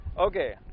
Okay